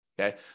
okay